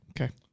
Okay